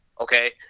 okay